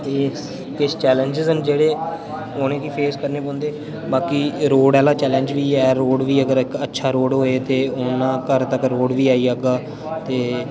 किश चैलेंज्स न जेह्ड़े उ'नें गी फेस करने पौंदे न बाकि रोड आह्ला चैलेंज बी ऐ रोड बी अगर इक अच्छा रोड होऐ ते उ'नें घर तक रोड बी आई जाह्गा ते